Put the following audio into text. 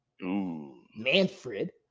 Manfred